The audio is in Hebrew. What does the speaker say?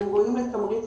והם ראויים לתמריץ,